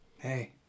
Hey